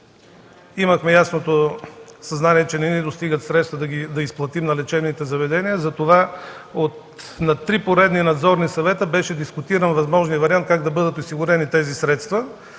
Имахме ясното съзнание, че не ни достигат средства да ги изплатим на лечебните заведения, затова на три поредни надзорни съвета беше дискутиран възможен вариант как да бъдат осигурени тези средства.